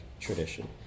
tradition